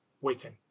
waiting